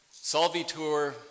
salvitur